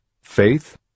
faith